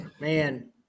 Man